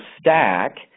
stack